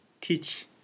teach